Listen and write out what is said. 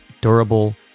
durable